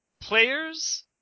players